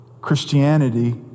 Christianity